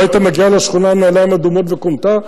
לא היית מגיע לשכונה עם נעלים אדומות וכומתה,